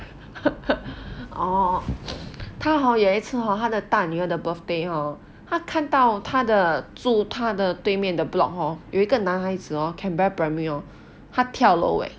orh 他 hor 有一次 hor 他的大女儿的 birthday hor 他看到他的住他的对面的 block hor 有一个男孩子 hor canberra primary hor 他跳楼 eh